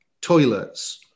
toilets